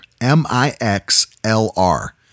M-I-X-L-R